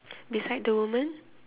beside the woman